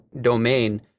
domain